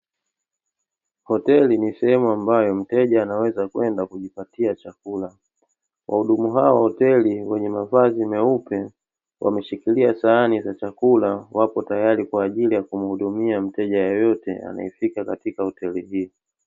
Hoteli ni sehemu ambayo mteja anaweza kwenda kujipatia chakula. Wahudumu hawa wa hoteli wenye mavazi meupe, wameshikilia sahani za chakula, wapo tayari kwa ajili ya kumhudumia mteja yoyote anayefika katika hoteli hii.